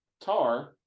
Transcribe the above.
Tar